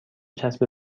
چسب